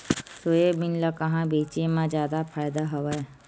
Soybean ल कहां बेचे म जादा फ़ायदा हवय?